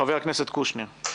חבר הכנסת קושניר.